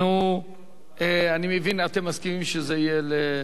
אני מבין, אתם מסכימים שזה יהיה במליאה.